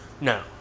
No